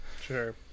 sure